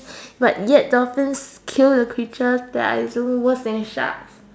but yet dolphins kill the creature that are even worse than sharks